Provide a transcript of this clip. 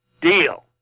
deal